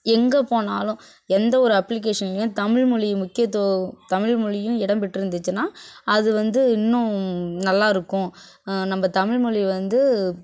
எங்கே போனாலும் எந்த ஒரு அப்ளிக்கேஷனையும் தமிழ்மொழி முக்கியத்துவம் தமிழ்மொழியும் இடம் பெற்று இருந்துச்சுனால் அது வந்து இன்னும் நல்லா இருக்கும் நம்ம தமிழ்மொழி வந்து